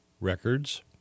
records